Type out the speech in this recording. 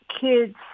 kids